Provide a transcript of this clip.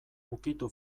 ukitu